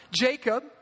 Jacob